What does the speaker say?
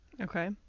Okay